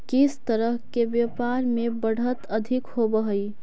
किस तरह के व्यापार में बढ़त अधिक होवअ हई